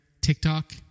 TikTok